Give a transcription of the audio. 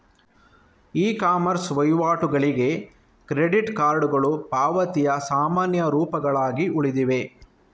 E commerce ವಹಿವಾಟುಗಳಿಗೆ credit ಕಾರ್ಡುಗಳು ಪಾವತಿಯ ಸಾಮಾನ್ಯ ರೂಪಗಳಾಗಿ ಉಳಿದಿವೆ